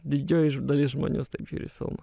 didžioji dalis žmonijos taip žiūri filmą